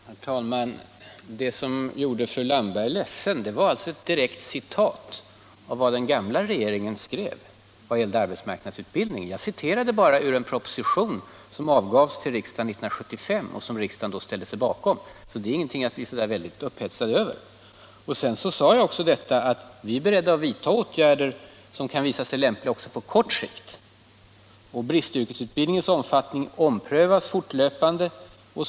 Herr talman! Det som gjorde fru Landberg ledsen var ett direkt citat av vad den gamla regeringen skrev om arbetsmarknadsutbildning. Jag citerade bara ur en proposition som avgavs till riksdagen 1975 och som riksdagen då ställde sig bakom — propositionen 1975:45 s. 81-21. Det är alltså ingenting att bli upphetsad över. Jag sade också att vi är beredda att vidta åtgärder som kan visa sig lämpliga även på kort sikt. Och jag upprepar: Bristyrkesutbildningens omfattning omprövas fortlöpande.